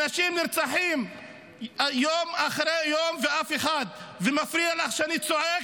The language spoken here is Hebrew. אנשים נרצחים יום אחרי יום ואף אחד ------ מפריע לך שאני צועק?